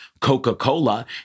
Coca-Cola